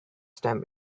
stamp